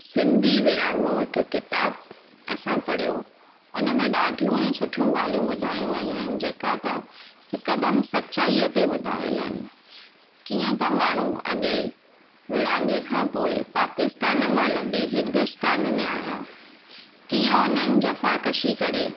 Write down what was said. सिंधी विङागो हिकु किताबु असां पढ़ियो उन में ॾाढियूं ई सुठियूं ॻाल्हियूं ॿुधाइयूं आहियूं आहिनि जेका त हिकदमि सचाईअ ते ॿुधायलु आहिनि कीअं त माण्हू अॻे विङागे खां पोइ पाकिस्तान मां लॾे हिंदूस्तान में आहिया कीअं उन्हनि ज़फाकशी करे